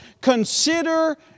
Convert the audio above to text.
Consider